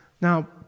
Now